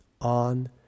on